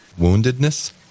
woundedness